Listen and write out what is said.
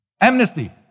amnesty